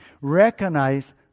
Recognize